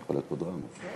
עשר דקות.